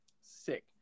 sick